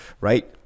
right